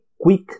quick